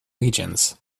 regions